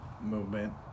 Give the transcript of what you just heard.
movement